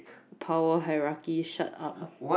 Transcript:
power hierarchy shut up